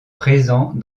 présents